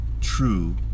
true